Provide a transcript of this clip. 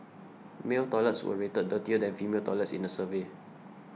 male toilets were rated dirtier than female toilets in the survey